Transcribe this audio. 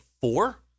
four